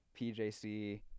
PJC